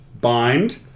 Bind